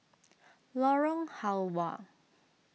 Lorong Halwa